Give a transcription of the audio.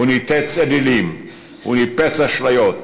הוא ניתץ אלילים, הוא ניפץ אשליות,